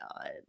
god